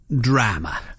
Drama